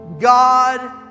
God